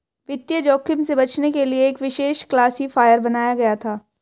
वित्तीय जोखिम से बचने के लिए एक विशेष क्लासिफ़ायर बनाया गया था